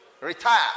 Retire